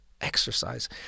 exercise